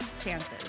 chances